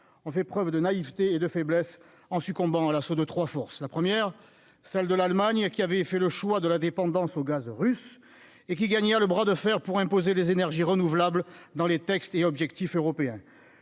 ont fait preuve de naïveté et de faiblesse en succombant à l'assaut de 3 force la première, celle de l'Allemagne qui avait fait le choix de la dépendance au gaz russe et qui gagnèrent le bras de fer pour imposer des énergies renouvelables dans les textes et objectif européen